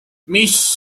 mis